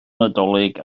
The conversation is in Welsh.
nadolig